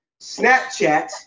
Snapchat